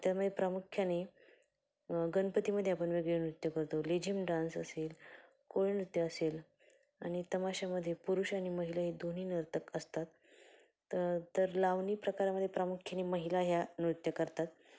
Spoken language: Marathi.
त्यामध्ये प्रामुख्याने गणपतीमध्ये आपण वेगवेगळे नृत्य करतो लेझिम डान्स असेल कोळीनृत्य असेल आणि तमाशामध्ये पुरुष आणि महिला हे दोन्ही नर्तक असतात त तर लावणी प्रकारामध्ये प्रामुख्याने महिला ह्या नृत्य करतात